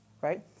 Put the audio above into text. right